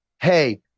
Hey